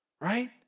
right